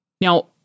Now